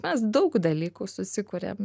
mes daug dalykų susikuriam